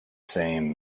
same